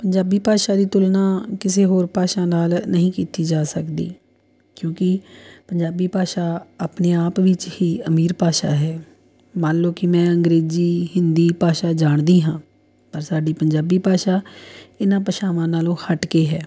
ਪੰਜਾਬੀ ਭਾਸ਼ਾ ਦੀ ਤੁਲਨਾ ਕਿਸੇ ਹੋਰ ਭਾਸ਼ਾ ਨਾਲ਼ ਨਹੀਂ ਕੀਤੀ ਜਾ ਸਕਦੀ ਕਿਉਂਕਿ ਪੰਜਾਬੀ ਭਾਸ਼ਾ ਆਪਣੇ ਆਪ ਵਿੱਚ ਹੀ ਅਮੀਰ ਭਾਸ਼ਾ ਹੈ ਮੰਨ ਲਓ ਕਿ ਮੈਂ ਅੰਗਰੇਜ਼ੀ ਹਿੰਦੀ ਭਾਸ਼ਾ ਜਾਣਦੀ ਹਾਂ ਪਰ ਸਾਡੀ ਪੰਜਾਬੀ ਭਾਸ਼ਾ ਇਹਨਾਂ ਭਾਸ਼ਾਵਾਂ ਨਾਲ਼ੋਂ ਹਟਕੇ ਹੈ